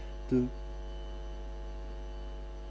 to